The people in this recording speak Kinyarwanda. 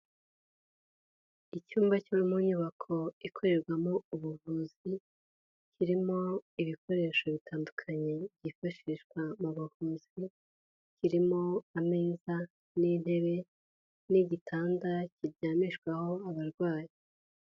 Icyumba kiri mu nyubako ikorerwamo ubuvuzi, kirimo ibikoresho bitandukanye byifashishwa mu buvuzi, kirimo ameza, n'intebe n'igitanda kiryamishwaho abarwayi.